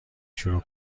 شروع